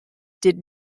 did